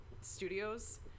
studios